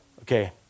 Okay